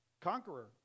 conqueror